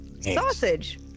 Sausage